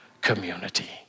community